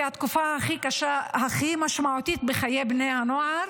התקופה הכי קשה והכי משמעותית בחיי בני הנוער,